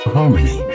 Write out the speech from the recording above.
Harmony